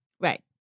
Right